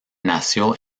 nació